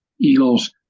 eagles